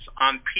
on